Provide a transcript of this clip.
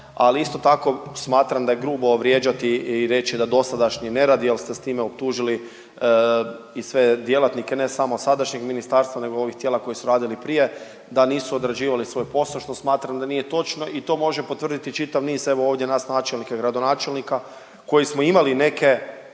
Ali isto tako smatram da je grubo vrijeđati i reći da dosadašnji nerad jer ste s time optužili i sve djelatnike ne samo sadašnjeg ministarstva, nego ovih tijela koji su radili prije da nisu odrađivali svoj posao što smatram da nije točno i to može potvrditi i čitav niz evo ovdje nas načelnika i gradonačelnika koji smo imali neke